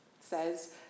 says